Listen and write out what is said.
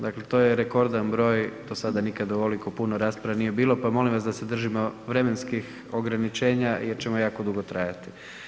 Dakle, to je rekordan broj, do sada nikada ovoliko puno rasprava nije bilo pa molim vas da se držimo vremenskim ograničenja jer ćemo jako dugo trajati.